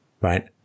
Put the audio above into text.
Right